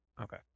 Okay